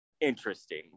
interesting